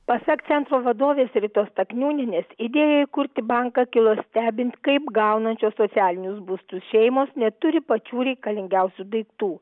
pasak centro vadovės ritos staknėnienės idėja įkurti banką kilo stebint kaip gaunančios socialinius būstus šeimos neturi pačių reikalingiausių daiktų